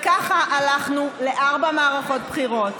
וככה הלכנו לארבע מערכות בחירות,